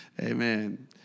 Amen